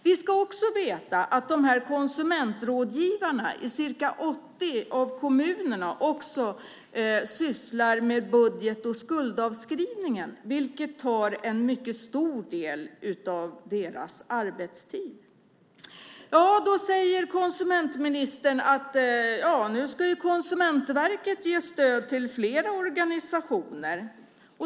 Vi ska också veta att dessa konsumentrådgivare i ca 80 kommuner även sysslar med budgetfrågor och skuldavskrivningar, vilket tar en mycket stor del av deras arbetstid. Konsumentministern säger att Konsumentverket ska ge stöd till fler organisationer.